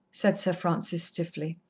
said sir francis stiffly.